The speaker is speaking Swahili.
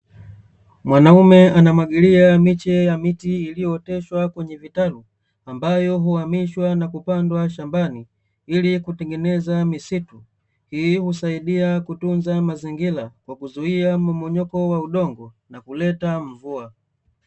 Mwanaume anamwagilia miche ya miti iliyooteshwa kwenye vitalu, ambayo huamishwa na kupandwa shambani ili kutengeneza misitu. Hii husaidia kutunza mazingira kwa kuzuia mmomonyoko wa udongo, na kuleta mvua.